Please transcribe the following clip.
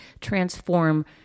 transform